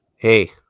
Hey